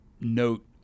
note